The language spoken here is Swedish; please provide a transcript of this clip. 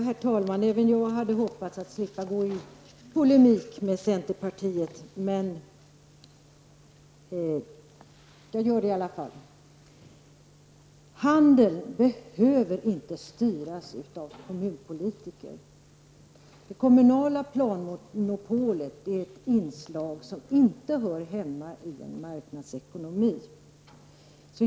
Herr talman! Jag hade hoppats att slippa gå i polemik med centerns representant, men jag får göra det i alla fall. Handeln behöver inte styras av kommunpolitiker. Det kommunala planmonopolet är ett inslag som inte hör hemma i en marknadsekonomi.